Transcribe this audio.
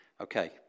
Okay